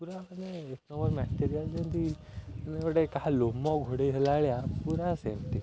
ପୁରା ମାନେ ଏକ ନମ୍ବର୍ ମ୍ୟାଟେରିଆଲ୍ ଯେମିତି ମାନେ ଗୋଟେ କାହା ଲୋମ ଘୋଡ଼ାଇ ହେଲାଭଳିଆ ପୁରା ସେମିତି